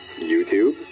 YouTube